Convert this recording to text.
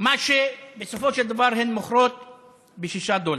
מה שבסופו של דבר הן מוכרות ב-6 דולר.